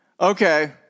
Okay